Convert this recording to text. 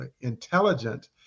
intelligent